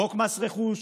חוק מס רכוש,